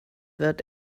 wird